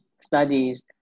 studies